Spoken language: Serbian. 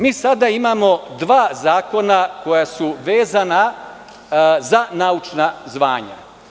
Mi sada imamo dva zakona koja su vezana za naučna zvanja.